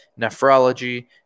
nephrology